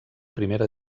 primera